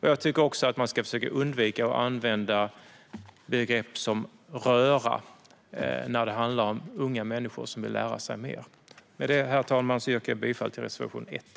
Jag tycker också att man ska försöka undvika att använda begrepp som "röra" när det handlar om unga människor som vill lära sig mer. Med detta, herr talman, yrkar jag bifall till reservation 1.